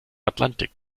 atlantik